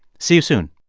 see you soon